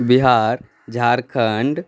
Bihar Jharkhand